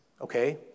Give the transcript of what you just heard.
okay